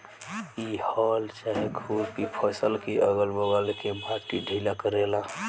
इ हल चाहे खुरपी फसल के अगल बगल के माटी ढीला करेला